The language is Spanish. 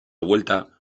vuelta